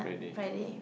Friday